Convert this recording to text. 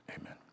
amen